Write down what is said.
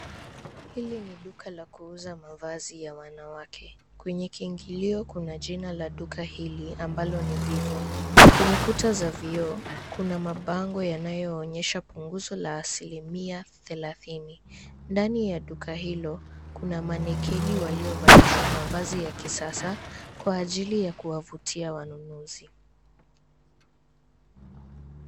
Hili ni duka la kuuza mavazi ya wanawake. Kwenye kiingilio, kuna jina la duka hili ambalo ni Vivo. Kwenye kuta za vioo, kuna mabango yanayoonyesha punguzo la asilimia thelathini. Ndani ya duka hilo, kuna manekini waliovalishwa mavazi ya kisasa kwa ajili ya kuwavutia wanunuzi.